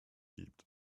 gibt